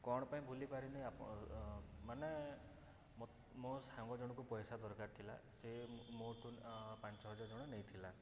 କ'ଣ ପାଇଁ ଭୁଲିପାରିବିନି ଆପ ମାନେ ମ ମୋ ସାଙ୍ଗ ଜଣକୁ ପଇସା ଦରକାର ଥିଲା ସେ ମୋ ମୋ ଠାରୁ ପାଞ୍ଚ ହଜାର ଟଙ୍କା ନେଇଥିଲା